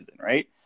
right